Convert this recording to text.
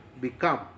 become